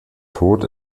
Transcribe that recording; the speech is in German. tod